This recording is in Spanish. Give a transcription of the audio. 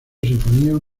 sinfonías